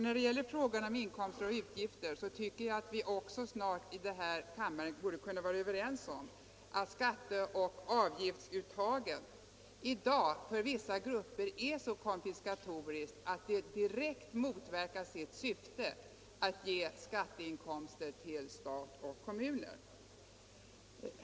När det gäller frågan om inkomster och utgifter tycker jag att vi också snart i den här kammaren borde vara överens om att skatteoch avgiftsuttaget i dag för vissa grupper är så konfiskatoriskt att det direkt motverkar sitt syfte — att ge inkomster till stat och kommun.